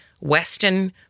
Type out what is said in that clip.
Western